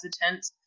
hesitant